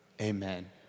Amen